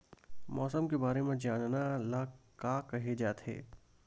मौसम के बारे म जानना ल का कहे जाथे?